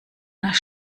nach